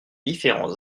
différents